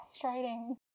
frustrating